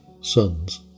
sons